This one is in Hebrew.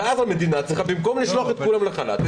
ואז המדינה צריכה לסבסד במקום לשלוח את כולם לחל"ת.